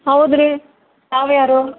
ಹೌದು ರೀ ತಾವು ಯಾರು